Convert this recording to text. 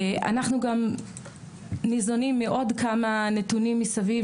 אנחנו גם ניזונים מעוד כמה נתונים מסביב,